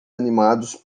animados